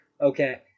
Okay